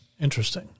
Interesting